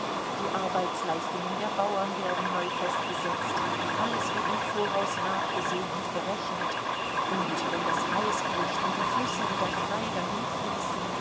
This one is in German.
die arbeitsleistungen der bauern werden neu festgesetzt alles wird im voraus nachgesehen und berechnet und wenn das eis bricht und die flüsse wieder frei